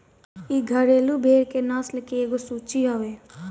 इ घरेलु भेड़ के नस्ल के एगो सूची हवे